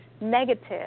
Negative